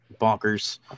bonkers